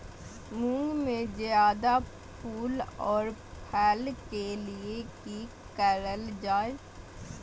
मुंग में जायदा फूल और फल के लिए की करल जाय?